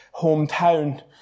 hometown